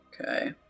okay